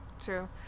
true